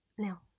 no,